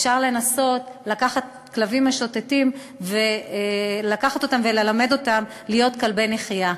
אפשר לנסות לקחת כלבים משוטטים וללמד אותם להיות כלבי נחייה.